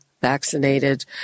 vaccinated